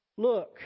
look